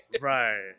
Right